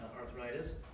arthritis